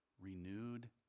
renewed